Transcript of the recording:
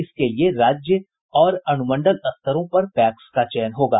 इसके लिए राज्य और अनुमंडल स्तरों पर पैक्स का चयन होगा